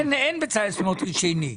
אין בצלאל סמוטריץ' שני.